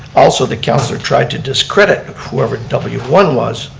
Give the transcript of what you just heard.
also the councilor tried to discredit whoever w one was,